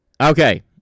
Okay